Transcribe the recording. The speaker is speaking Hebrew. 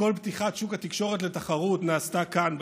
וכל פתיחת שוק התקשורת לתחרות נעשתה כאן בכנסת,